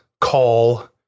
call